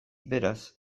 beraz